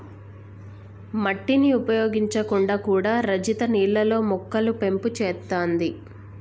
మట్టిని ఉపయోగించకుండా కూడా రజిత నీళ్లల్లో మొక్కలు పెంపు చేత్తాంది